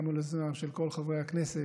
גם על היוזמה של כל חברי הכנסת